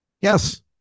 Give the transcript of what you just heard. Yes